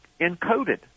encoded